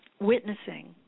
witnessing